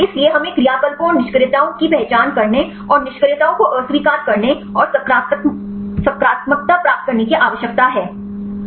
इसलिए हमें क्रियाकलापों और निष्क्रियताओं की पहचान करने और निष्क्रियताओं को अस्वीकार करने और सकारात्मकता प्राप्त करने की आवश्यकता है